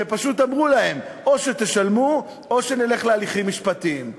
שפשוט אמרו להם: או שתשלמו או שנלך להליכים משפטיים.